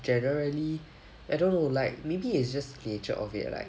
generally I don't know like maybe it's just the nature of it like